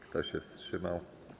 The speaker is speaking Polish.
Kto się wstrzymał?